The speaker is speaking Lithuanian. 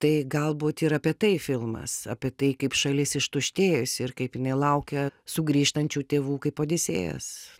tai galbūt ir apie tai filmas apie tai kaip šalis ištuštėjusi ir kaip jinai laukia sugrįžtančių tėvų kaip odisėjas